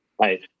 Right